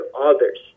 others